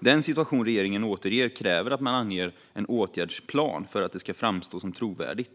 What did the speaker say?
Den situation regeringen återger kräver att man redovisar en åtgärdsplan för att man ska framstå som trovärdig.